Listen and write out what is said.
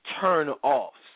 turn-offs